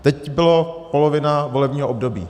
Teď byla polovina volebního období.